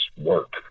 work